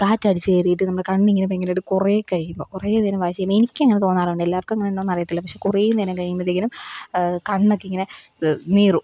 കാറ്റടിച്ച് കയറിയിട്ട് നമ്മുടെ കണ്ണ് ഇങ്ങനെ ഭയങ്കരമായിട്ട് കുറേ കഴിയുമ്പം കുറേ നേരം വായിച്ച് കഴിയുമ്പം എനിക്ക് അങ്ങനെ തോന്നാറുണ്ട് എല്ലാവർക്കും അങ്ങനെ ഉണ്ടോ എന്ന് അറിയത്തില്ല പക്ഷെ കുറേ നേരം കഴിയുമ്പത്തേക്കിനും കണ്ണൊക്കെ ഇങ്ങനെ നീറും